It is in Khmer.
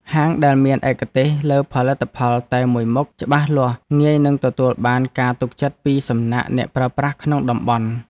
ហាងដែលមានឯកទេសលើផលិតផលតែមួយមុខច្បាស់លាស់ងាយនឹងទទួលបានការទុកចិត្តពីសំណាក់អ្នកប្រើប្រាស់ក្នុងតំបន់។